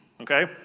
okay